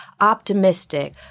optimistic